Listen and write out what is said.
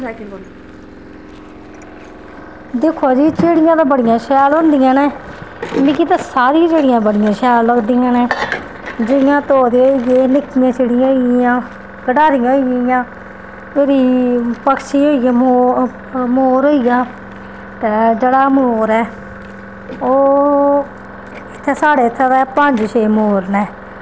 दिक्खो जी चिड़ियां ते बड़ियां शैल होंदियां न मिगी ते सारियां चिड़ियां बड़ियां शैल लगदियां न जियां तोते होई गे निक्कियां चिड़ियां होई गेइयां गटारियां होई गेइयां फिरी पक्षी होई गे मोर होई गेआ ते जेह्ड़ा मोर ऐ ओह् इत्थै साढ़ै इत्थें ते पंज छे मोर न